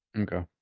Okay